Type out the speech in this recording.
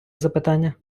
запитання